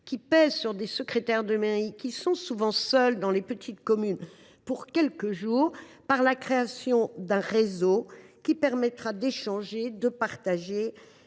qui pèsent sur des secrétaires de mairie, qui sont souvent seuls dans les petites communes pour quelques jours, par la création d’un réseau qui permettra d’échanger des